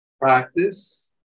practice